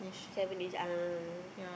seven ish ah